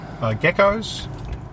Geckos